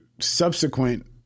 subsequent